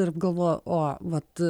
ir galvojau o vat